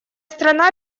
страна